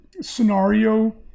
scenario